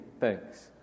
thanks